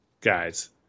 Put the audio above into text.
guys